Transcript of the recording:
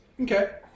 Okay